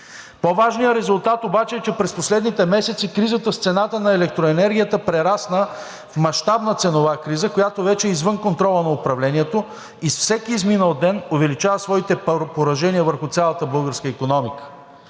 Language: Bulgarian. По-важният резултат обаче е, че през последните месеци кризата с цената на електроенергията прерасна в мащабна ценова криза, която вече е извън контрола на управлението и с всеки изминал ден увеличава своите поражения върху цялата българска икономика.